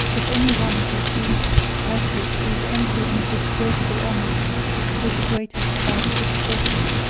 if any one had refused to purchase these empty and disgraceful honors with the greatest part of his fortune.